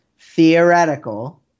theoretical